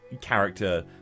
character